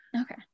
okay